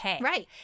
Right